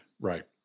Right